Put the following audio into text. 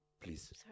please